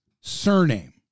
surname